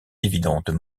dividendes